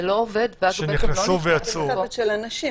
--- של אנשים,